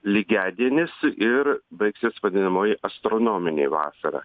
lygiadienis ir baigsis vadinamoji astronominė vasara